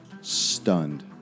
stunned